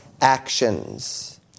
Actions